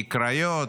מהקריות,